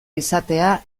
izatea